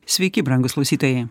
sveiki brangūs klausytojai